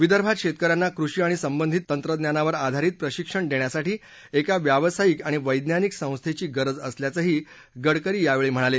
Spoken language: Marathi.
विदर्भात शेतकऱ्यांना कृषी आणि संबंधित तंत्रज्ञानावर आधारीत प्रशिक्षण देण्यासाठी एका व्यावसायिक आणि वैज्ञानिक संस्थेची गरज असल्याचंही गडकरी यावेळी म्हणाले